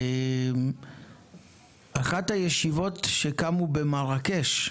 אחת הישיבות שקמו במרקש,